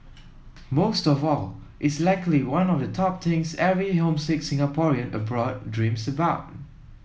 most of all it's likely one of the top things every homesick Singaporean abroad dreams about